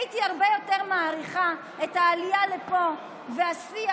הייתי הרבה יותר מעריכה את העלייה לפה והשיח